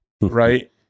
right